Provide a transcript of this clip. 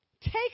take